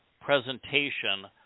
presentation